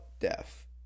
death